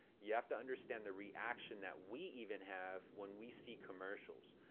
you have to understand the reaction that we even have when we see commercials.